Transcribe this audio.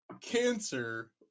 cancer